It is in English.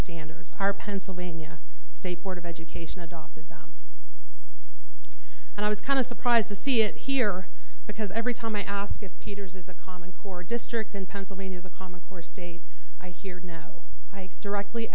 standards our pennsylvania state board of education adopted them and i was kind of surprised to see it here because every time i ask if peters is a common core district in pennsylvania as a common core state i hear no i directly